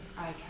Okay